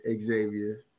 Xavier